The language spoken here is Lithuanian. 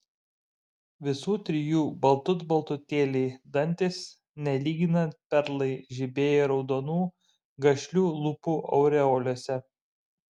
visų trijų baltut baltutėliai dantys nelyginant perlai žibėjo raudonų gašlių lūpų aureolėse